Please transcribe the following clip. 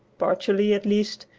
partially at least,